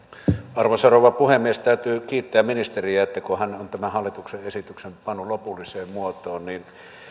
arvoisa rouva puhemies täytyy kiittää ministeriä että hän on tämän hallituksen esityksen pannut lopulliseen muotoon niin